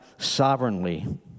Sovereignly